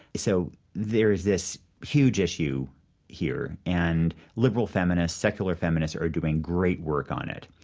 so there's this huge issue here, and liberal feminists, secular feminists, are doing great work on it.